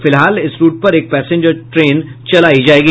फिलहाल इस रूट पर एक पैसेंजर ट्रेन चलायी जायेगी